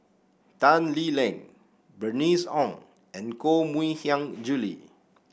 Tan Lee Leng Bernice Ong and Koh Mui Hiang Julie